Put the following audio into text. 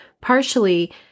partially